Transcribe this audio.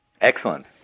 Excellent